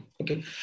Okay